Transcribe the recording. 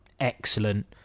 excellent